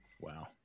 Wow